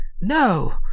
No